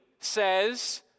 says